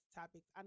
topics